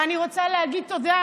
אני רוצה להגיד תודה